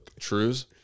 Trues